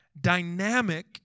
dynamic